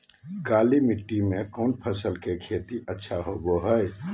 काली मिट्टी में कौन फसल के खेती अच्छा होबो है?